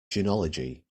genealogy